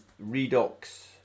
redox